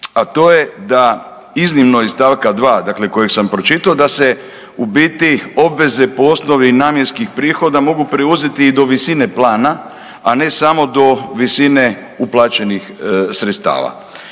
a to je da iznimno iz stavka 2. dakle kojeg sam pročitao da se u biti obveze po osnovi namjenskih prihoda mogu preuzeti i do visine plana, a ne samo do visine uplaćenih sredstava.